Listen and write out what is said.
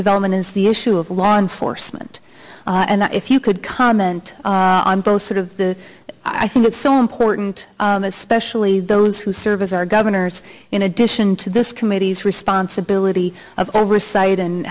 development is the issue of law enforcement and if you could comment on both sort of the i think it's so important especially those who serve as our governors in addition to this committee's responsibility of oversight and